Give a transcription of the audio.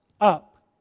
up